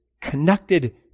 connected